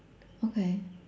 okay